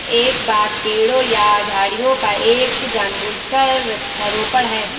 एक बाग पेड़ों या झाड़ियों का एक जानबूझकर वृक्षारोपण है